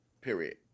Period